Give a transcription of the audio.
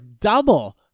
double